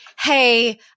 hey